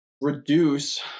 reduce